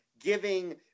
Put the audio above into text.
giving